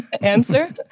answer